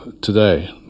today